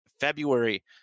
February